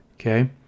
okay